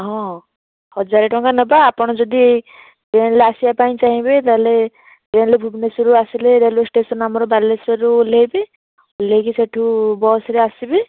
ହଁ ହଜାରେ ଟଙ୍କା ନେବା ଆପଣ ଯଦି ଟ୍ରେନ୍ ରେ ଆସିବାପାଇଁ ଚାହିଁବେ ତାହେଲେ ଟ୍ରେନ୍ ରେ ଭୁବନେଶ୍ୱର ଆସିଲେ ରେଲୱେ ଷ୍ଟେସନ୍ ଆମର ବାଲେଶ୍ୱରରୁ ଓହ୍ଲେଇବେ ଓହ୍ଲେଇକି ସେଠୁ ବସ୍ ରେ ଆସିବେ